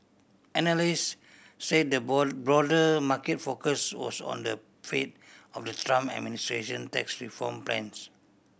analyst said the broader market focus was on the fate of the Trump administration tax reform plans